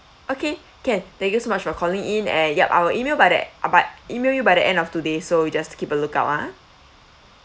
okay can thank you so much for calling in and yup I will email by the by email you by the end of today so you just keep a look out ah